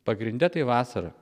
pagrinde tai vasarą